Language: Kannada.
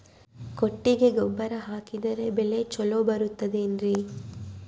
ಕೊಟ್ಟಿಗೆ ಗೊಬ್ಬರ ಹಾಕಿದರೆ ಬೆಳೆ ಚೊಲೊ ಬರುತ್ತದೆ ಏನ್ರಿ?